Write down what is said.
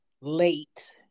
late